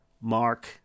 Mark